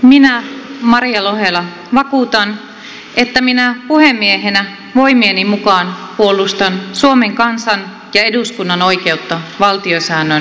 minä maria lohela vakuutan että minä puhemiehenä voimieni mukaan puolustan suomen kansan ja eduskunnan oikeutta valtiosäännön mukaan